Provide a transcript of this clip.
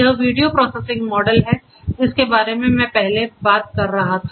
यह video processing model है जिसके बारे में मैं पहले बात कर रहा था